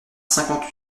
cinquante